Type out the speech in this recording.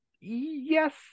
Yes